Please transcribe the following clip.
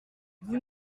vous